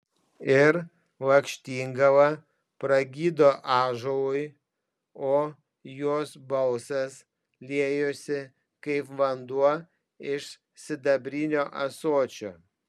ir lakštingala pragydo ąžuolui o jos balsas liejosi kaip vanduo iš sidabrinio ąsočio